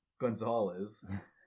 Gonzalez